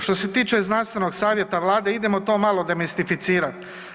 Što se tiče znanstvenog savjeta Vlade idemo to malo demistificirat.